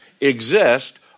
exist